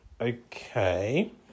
Okay